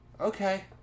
okay